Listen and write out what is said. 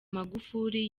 magufuli